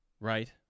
right